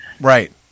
right